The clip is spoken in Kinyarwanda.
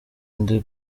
undi